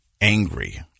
angry